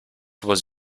was